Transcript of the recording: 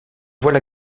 voilà